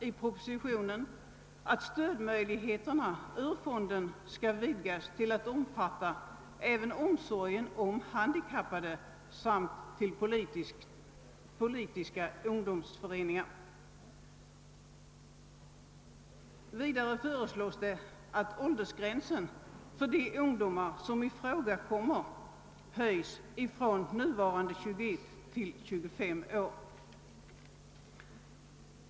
I propositionen föreslås också att möjligheterna att erhålla stöd ur fonden skall vidgas till att omfatta även omsorgen om handikappade samt politiska ungdomsföreningar. Vidare föreslås att åldersgränsen för de ungdomar som kommer i fråga höjs från nuvarande 21 till 25 år.